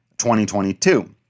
2022